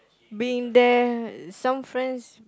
been there some friends